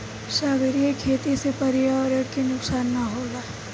सागरीय खेती से पर्यावरण के नुकसान ना होला